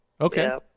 Okay